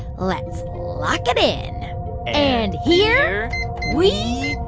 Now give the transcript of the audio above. let's lock it in and here we